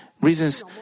reasons